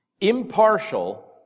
impartial